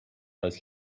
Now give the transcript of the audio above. als